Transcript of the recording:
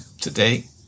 today